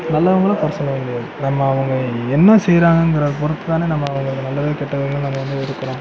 நல்லவங்களும் குறை சொல்ல முடியாது நம்ம அவங்க என்ன செய்யறாங்கிறப் பொருத்து தானே நம்ம அவங்க நல்லது கெட்டது நாங்கள் வந்து இருக்கிறோம்